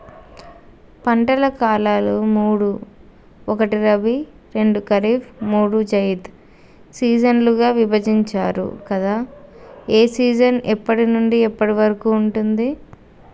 పంటల కాలాలు మూడు ఒకటి రబీ రెండు ఖరీఫ్ మూడు జైద్ సీజన్లుగా విభజించారు కదా ఏ సీజన్ ఎప్పటి నుండి ఎప్పటి వరకు ఉంటుంది?